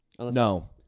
No